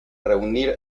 reunir